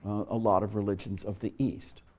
a lot of religions of the east.